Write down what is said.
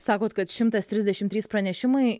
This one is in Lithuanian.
sakot kad šimtas trisdešim trys pranešimai